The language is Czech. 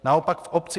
Naopak v obci